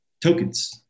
tokens